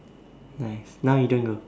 nice now you don't go